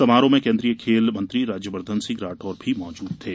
समारोह में केंद्रीय खेल मंत्री राज्यवर्धन सिंह राठौड़ मौजूद थे